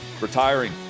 retiring